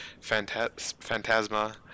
Phantasma